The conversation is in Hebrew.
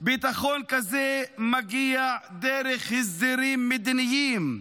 ביטחון כזה מגיע דרך הסדרים מדיניים,